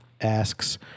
asks